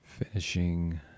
Finishing